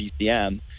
BCM